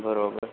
બરોબર